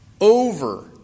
over